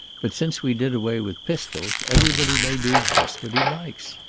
but since we did away with pistols everybody may do just what he likes.